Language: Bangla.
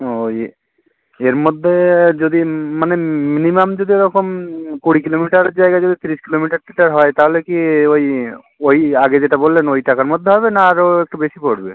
ও ইয়ে এর মধ্যে যদি মানে মিনিমাম যদি ওরকম কুড়ি কিলোমিটারের জায়গায় যদি তিরিশ কিলোমিটার টিটার হয় তাহলে কি ওই ওই আগে যেটা বললেন ওই টাকার মধ্যে হবে না আরও একটু বেশি পড়বে